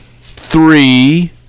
three